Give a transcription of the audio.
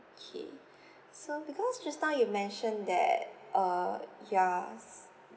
okay so because just now you mentioned that err yours